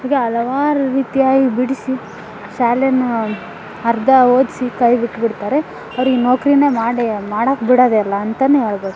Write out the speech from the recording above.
ಹೀಗೆ ಹಲವಾರು ರೀತಿಯಾಗಿ ಬಿಡಿಸಿ ಶಾಲೆನ ಅರ್ಧ ಓದಿಸಿ ಕೈ ಬಿಟ್ಟುಬಿಡ್ತಾರೆ ಅವ್ರಿಗೆ ನೌಕ್ರಿನೇ ಮಾಡಿ ಮಾಡಕ್ಕೆ ಬಿಡೋದೆಯಿಲ್ಲ ಅಂತನೇ ಹೇಳ್ಬೋದ್